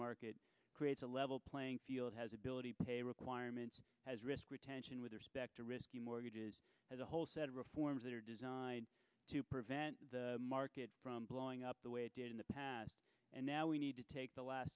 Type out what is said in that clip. market creates a level playing field has ability pay requirements as risk retention with respect to risky mortgages as a whole set of reforms that are designed to prevent the market from blowing up the way it did in the past and now we need to take the last